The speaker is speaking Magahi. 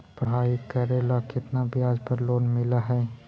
पढाई करेला केतना ब्याज पर लोन मिल हइ?